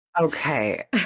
Okay